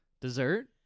Dessert